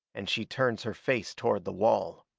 and she turns her face toward the wall.